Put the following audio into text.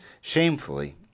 shamefully